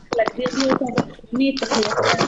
צריך להגדיר מיהו אותו עובד חיוני, צריך